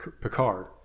Picard